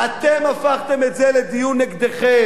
אתם הפכתם את זה לדיון נגדכם.